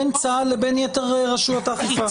בין צה"ל לבין יתר רשויות אכיפה.